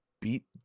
beat